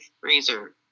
freezer